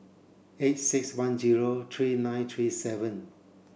eight six one zero three nine three seven